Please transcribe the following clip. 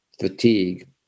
fatigue